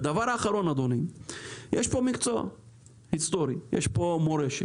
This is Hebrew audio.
ודבר אחרון, יש פה מקצוע היסטורי, יש פה מורשת.